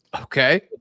Okay